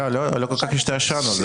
לא כל כך השתעשענו.